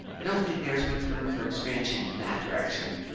i don't think there is much room for expansion in that direction.